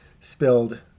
spilled